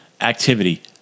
activity